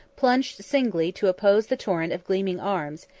plunged singly to oppose the torrent of gleaming arms,